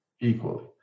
equally